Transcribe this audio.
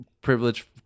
privilege